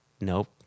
Nope